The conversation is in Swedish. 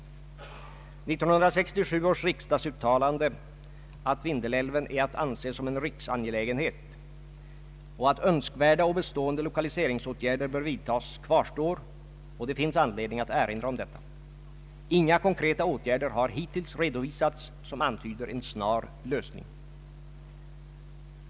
1967 års riksdagsuttalande att Vindelälven är att anse som en riksangelägenhet och att önskvärda och bestående lokaliseringsåtgärder bör vidtas kvarstår, och det finns anledning att erinra om detta. Inga konkreta åtgärder har hittills redovisats som antyder en snar lösning.